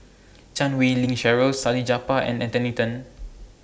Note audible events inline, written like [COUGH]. [NOISE] Chan Wei Ling Cheryl Salleh Japar and Anthony Then